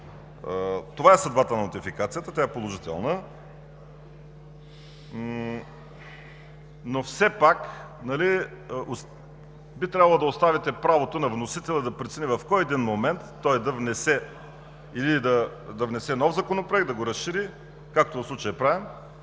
Това е съдбата на нотификацията – тя е положителна. Все пак би трябвало да оставите правото на вносителя да прецени в кой момент да внесе нов законопроект, да го разшири, както в случая е направено,